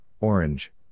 Orange